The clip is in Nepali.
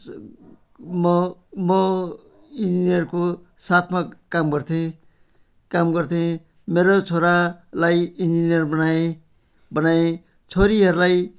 म म इन्जिनियरको साथमा काम गर्थेँ काम गर्थेँ मेरो छोरालाई इन्जिनियर बनाएँ बनाएँ छोरीहरूलाई